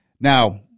Now